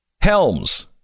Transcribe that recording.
Helms